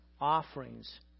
offerings